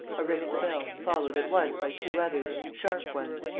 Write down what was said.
a ring at the bell followed, at once, by two others, sharp ones.